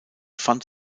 fand